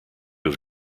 have